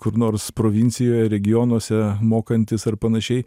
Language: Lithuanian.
kur nors provincijoj regionuose mokantis ar panašiai